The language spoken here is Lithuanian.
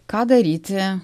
ką daryti